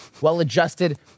well-adjusted